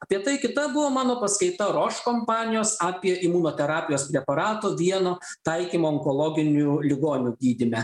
apie tai kita buvo mano paskaita roš kompanijos apie imunoterapijos preparato vieno taikymą onkologinių ligonių gydyme